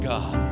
God